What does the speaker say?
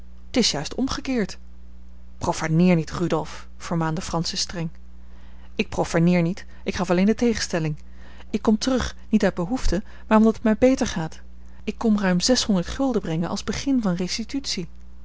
t is juist omgekeerd profaneer niet rudolf vermaande francis streng ik profaneer niet ik gaf alleen de tegenstelling ik kom terug niet uit behoefte maar omdat het mij beter gaat ik kom ruim zeshonderd gulden brengen als begin van